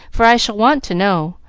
for i shall want to know,